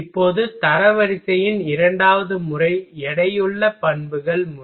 இப்போது தரவரிசையின் இரண்டாவது முறை எடையுள்ள பண்புகள் முறை